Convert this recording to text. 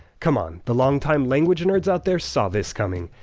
c'mon, the longtime language nerds out there saw this coming.